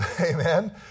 Amen